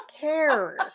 care